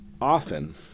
often